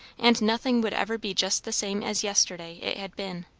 and nothing would ever be just the same as yesterday it had been.